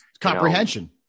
comprehension